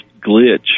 glitch